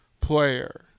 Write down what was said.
player